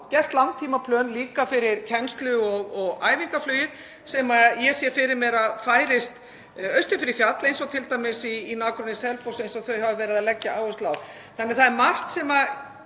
gert langtímaplön líka fyrir kennslu- og æfingaflugið, sem ég sé fyrir mér að færist austur fyrir fjall eins og t.d. í nágrenni Selfoss eins og þau hafa verið að leggja áherslu á þar. Það er margt sem